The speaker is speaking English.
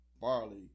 barley